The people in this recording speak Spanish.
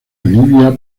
libia